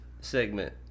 segment